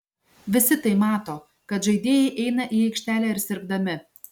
visi tai mato kad žaidėjai eina į aikštelę ir sirgdami